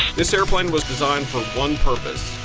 this airplane was designed for one purpose,